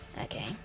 okay